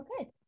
Okay